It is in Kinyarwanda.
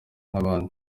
nk’abandi